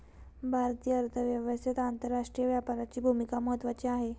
भारतीय अर्थव्यवस्थेत आंतरराष्ट्रीय व्यापाराची भूमिका महत्त्वाची आहे